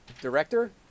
director